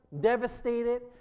devastated